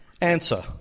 Answer